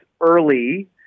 early